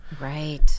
Right